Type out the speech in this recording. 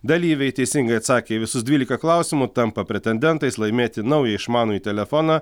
dalyviai teisingai atsakę į visus dvylika klausimų tampa pretendentais laimėti naują išmanųjį telefoną